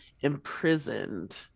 Imprisoned